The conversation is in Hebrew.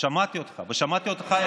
שמעתי אותך, שמעתי אותך,